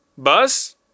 Bus